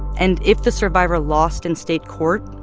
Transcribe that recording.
and if the survivor lost in state court,